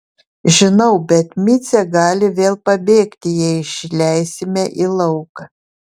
žinau bet micė gali vėl pabėgti jei išleisime į lauką